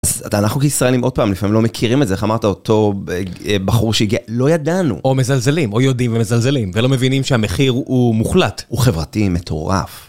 אנחנו כישראלים עוד פעם לפעמים לא מכירים את זה, איך אמרת אותו בחור שיגיע, לא ידענו. או מזלזלים, או יודעים ומזלזלים, ולא מבינים שהמחיר הוא מוחלט. הוא חברתי מטורף.